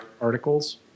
articles